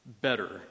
better